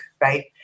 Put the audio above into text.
right